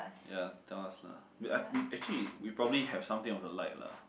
ya tell us lah we we actually we probably have something of the like lah